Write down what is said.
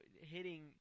hitting